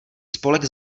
spolek